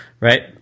Right